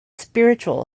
spiritual